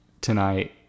tonight